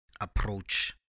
approach